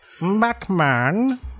Batman